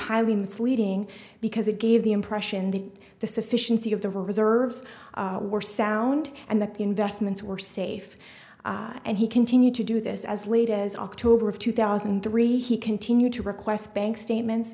highly misleading because it gave the impression that the sufficiency of the reserves were sound and that the investments were safe and he continued to do this as late as october of two thousand and three he continued to request bank statements